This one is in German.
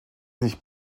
sich